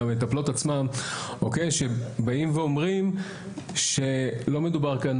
מהמטפלות עצמן שבאים ואומרים שלא מדובר כאן,